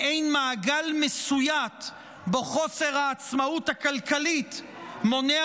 מעין מעגל מסויט שבו חוסר העצמאות הכלכלית מונע